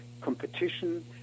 competition